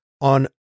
on